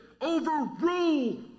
overrule